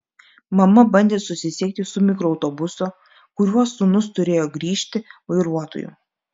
mama bandė susisiekti su mikroautobuso kuriuo sūnus turėjo grįžti vairuotoju